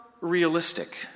realistic